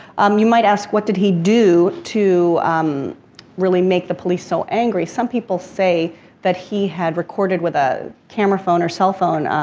um you might ask what did he do to really make the police so angry. some people say that he had recorded with a camera phone or cell phone,